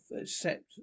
accept